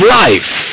life